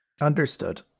Understood